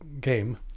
game